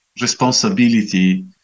responsibility